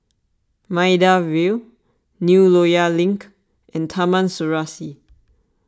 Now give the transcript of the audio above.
Maida Vale New Loyang Link and Taman Serasi